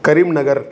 करीं नगर्